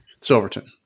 silverton